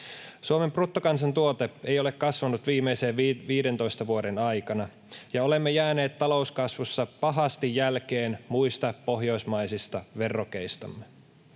Suomen bruttokansantuote ei ole kasvanut viimeisten 15 vuoden aikana, ja olemme jääneet talouskasvussa pahasti jälkeen muista pohjoismaisista verrokeistamme.